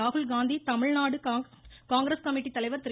ராகுல் Gandhi Tamil Nadu Congress committee தலைவர் திரு